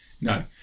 No